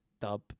dub